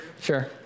Sure